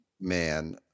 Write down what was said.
man